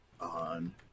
on